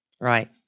Right